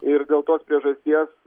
ir dėl tos priežasties